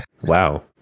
Wow